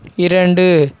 இரண்டு